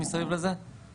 שלום לכולכם,